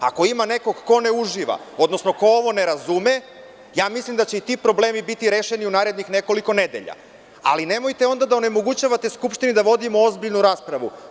Ako ima neko ko ne uživa, odnosno ko ovo ne razume, mislim da će ti problemi biti rešeni u narednih nekoliko nedelja, ali nemojte onda da onemogućavate Skupštini da vodimo ozbiljnu raspravu.